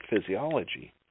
physiology